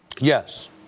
Yes